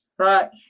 right